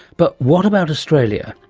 but what about australia?